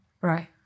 Right